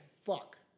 fuck